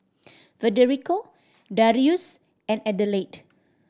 Federico Darrius and Adelaide